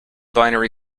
binary